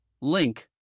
link